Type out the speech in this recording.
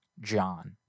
John